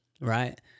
Right